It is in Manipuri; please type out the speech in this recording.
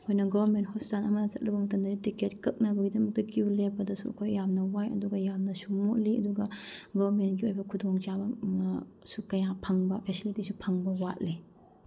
ꯑꯩꯈꯣꯏꯅ ꯒꯣꯔꯃꯦꯟ ꯍꯣꯁꯄꯤꯇꯥꯟ ꯑꯃꯗ ꯆꯠꯂꯨꯕ ꯃꯇꯝꯗꯗꯤ ꯇꯤꯀꯦꯠ ꯀꯛꯅꯕꯒꯤꯗꯃꯛꯇ ꯀ꯭ꯌꯨ ꯂꯦꯞꯄꯗꯁꯨ ꯑꯩꯈꯣꯏ ꯌꯥꯝꯅ ꯋꯥꯏ ꯑꯗꯨꯒ ꯌꯥꯝꯅꯁꯨ ꯃꯣꯠꯂꯤ ꯑꯗꯨꯒ ꯒꯣꯔꯃꯦꯟꯒꯤ ꯑꯣꯏꯕ ꯈꯨꯗꯣꯡ ꯆꯥꯕ ꯁꯨ ꯀꯌꯥ ꯐꯪꯕ ꯐꯦꯁꯤꯂꯤꯇꯨꯁꯨ ꯐꯪꯕ ꯋꯥꯠꯂꯦ